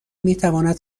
میتواند